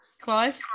Clive